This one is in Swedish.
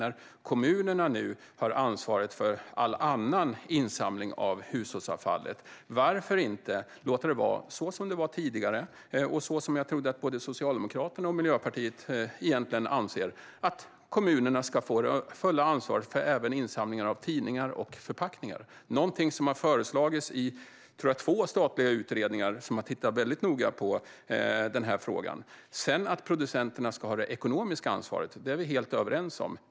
När kommunerna nu har ansvaret för all annan insamling av hushållsavfall, varför inte låta det vara så som det var tidigare och som jag trodde att både Socialdemokraterna och Miljöpartiet egentligen anser att det ska vara - att kommunerna ska ha det fulla ansvaret för insamling även av tidningar och förpackningar? Det har föreslagits av, tror jag, två statliga utredningar som har tittat noga på den här frågan. Att producenterna ska ha det ekonomiska ansvaret är vi helt överens om.